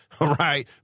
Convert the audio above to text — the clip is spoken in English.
Right